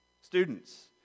students